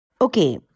Okay